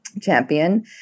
champion